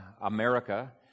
America